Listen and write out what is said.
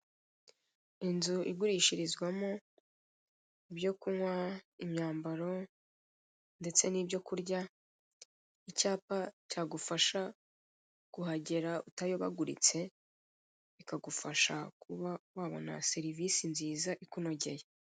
Inzu igurishirizwamo ibyo kunywa, imyambaro ndetse n'ibyo kurya, icyapa cyagufasha kuhagera utayobaguritse, bikagufasha kuba wabona serivisi nziza ikunogeye.